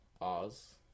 Oz